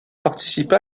participa